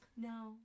No